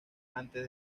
antes